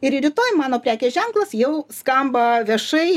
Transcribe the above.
ir rytoj mano prekės ženklas jau skamba viešai